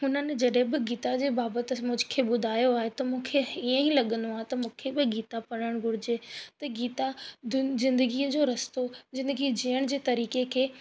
हिननि जॾहिं बि गीता जे बाबति मूंखे ॿुधायो आहे त मूंखे ईअं ई लगंदो आहे त मूंखे बि गीता पढ़णु घुरिजे त गीता दुन ज़िंदगीअ जो रस्तो ज़िंदगीअ जीअण जे तरीक़े खे